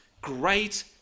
great